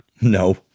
No